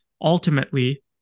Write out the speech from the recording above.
ultimately